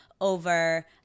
over